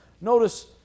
Notice